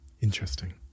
Interesting